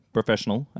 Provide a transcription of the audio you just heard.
professional